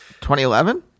2011